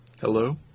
Hello